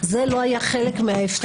זה לא היה חלק מההפטר.